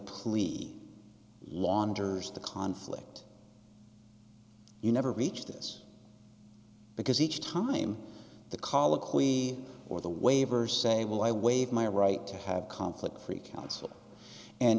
plea wanders the conflict you never reach this because each time the colloquy or the waiver say well i waive my right to have conflict free counsel and